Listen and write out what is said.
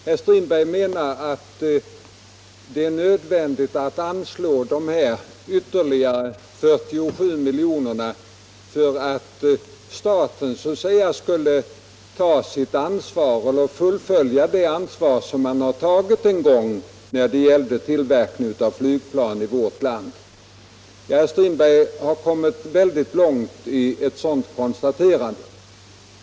Herr Strindberg menar att det är nödvändigt att anslå ytterligare 47 miljoner för att staten skall fullfölja det ansvar man en gång tagit när det gäller tillverkning av flygplan i vårt land. Herr Strindberg har kommit väldigt långt med ett sådant konstaterande.